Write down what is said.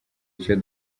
icyo